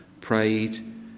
prayed